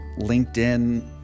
LinkedIn